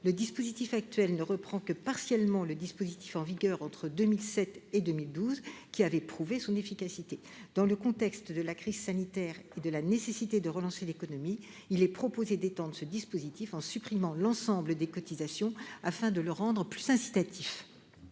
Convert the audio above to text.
le dispositif actuel ne reprend que partiellement le dispositif en vigueur entre 2007 et 2012, qui avait prouvé son efficacité. Dans le contexte de la crise sanitaire et compte tenu de la nécessité de relancer l'économie, il est proposé d'étendre ce dispositif en supprimant l'ensemble des cotisations afin de le rendre plus incitatif.